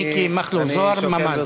מיקי מכלוף זוהר, ממ"ז.